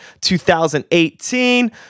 2018